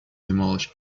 demolish